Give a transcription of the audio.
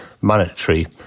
monetary